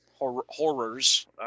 Horrors